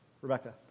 Rebecca